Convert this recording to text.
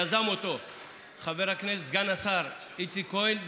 יזם אותו חבר סגן השר איציק כהן,